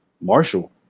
Marshall